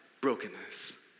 brokenness